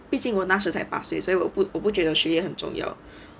毕竟我那时才八岁所以我我不觉得时间很重要